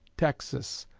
texas,